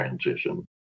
transition